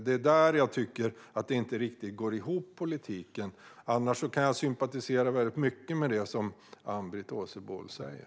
Det är där som jag tycker att politiken inte riktigt går ihop. Annars kan jag sympatisera med mycket av det som Ann-Britt Åsebol säger.